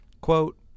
Quote